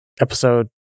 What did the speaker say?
episode